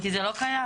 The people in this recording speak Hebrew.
למה?